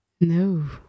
no